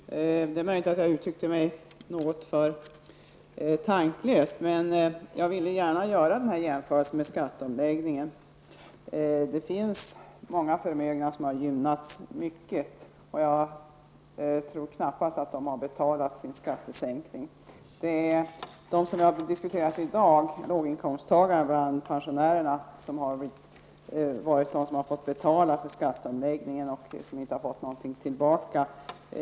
Herr talman! Det är möjligt att jag uttryckte mig något tanklöst, men jag ville gärna göra denna jämförelse med skatteomläggningen. Det finns många förmögna som har gynnats mycket, och jag tror knappast att de har betalat sin skattesänkning. Det är de människor vi har diskuterat i dag, låginkomsttagarna och bl.a. pensionärerna, som har fått betala för skatteomläggningen och inte fått någonting tillbaka.